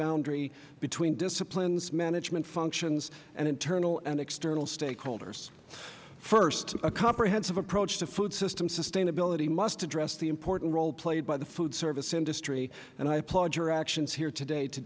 boundary between disciplines management functions and internal and external stakeholders first a comprehensive approach to food system sustainability must address the important role played by the food service industry and i applaud your actions here today to